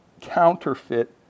counterfeit